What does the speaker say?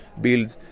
build